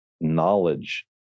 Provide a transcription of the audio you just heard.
knowledge